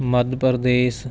Madhya Pradesh